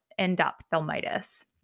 endophthalmitis